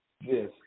Yes